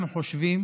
אנחנו חושבים